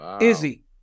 Izzy